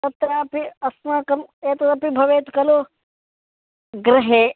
तत्रापि अस्माकम् एतदपि भवेत् खलु गृहे